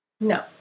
No